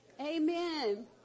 Amen